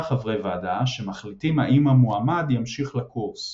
חברי ועדה שמחליטים האם המועמד ימשיך לקורס.